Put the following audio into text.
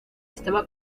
estaba